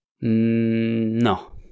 No